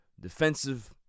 defensive